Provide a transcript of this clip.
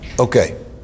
Okay